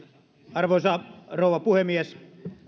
arvoisa rouva puhemies